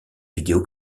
vidéo